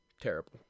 terrible